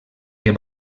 que